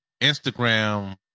Instagram